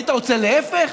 היית רוצה להפך,